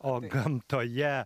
o gamtoje